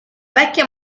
vecchia